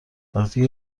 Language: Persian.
وقتی